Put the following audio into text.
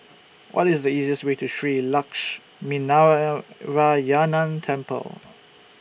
What IS The easiest Way to Shree Temple